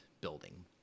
building